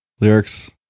lyrics